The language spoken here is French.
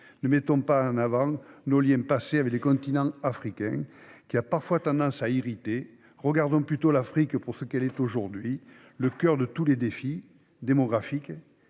Ne mettons pas en avant nos liens passés avec le continent africain, ce qui a parfois tendance à irriter. Voyons plutôt l'Afrique pour ce qu'elle est aujourd'hui : le coeur de tous les défis, démographiques,